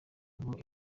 ngo